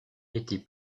été